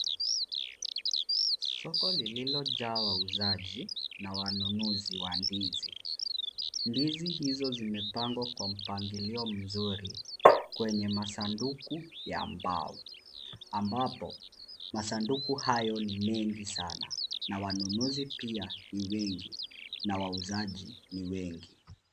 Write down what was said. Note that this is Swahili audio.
Soko lililojaa wauzaji na wanunuzi wa ndizi. Ndizi hizo zimepangwa kwa mpangilio mzuri kwenye masanduku ya mbao ambapo masanduku hayo ni mengi sana na wanunuzi pia ni wengi na wauzaji ni wengi.